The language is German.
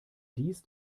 dies